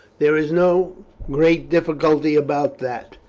there is no great difficulty about that.